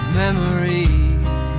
memories